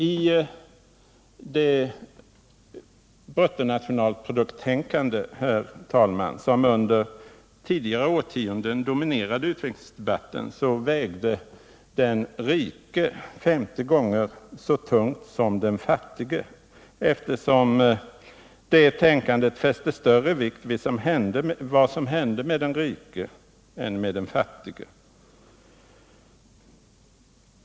I det bruttonationalprodukttänkande som under tidigare årtionden domi nerade utvecklingsdebatten vägde den rike 50 gånger så tungt som den fattige, eftersom det där fästes större vikt vid vad som hände med den rike än med den fattige.